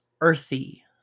earthy